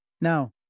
Now